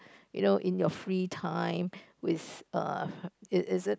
you know in your free time with err is it